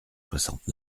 soixante